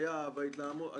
ואפליה וההתלהמות.